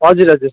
हजुर हजुर